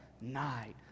night